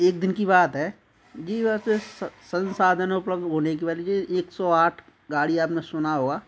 एक दिन की बात है होने की वजह से एक सौ आठ गाड़ी आपने सुना होगा